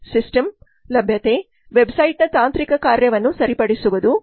system ಲಭ್ಯತೆ web ಸೈಟ್ನ ತಾಂತ್ರಿಕ ಕಾರ್ಯವನ್ನು ಸರಿಪಡಿಸಿರುವುದು